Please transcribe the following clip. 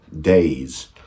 days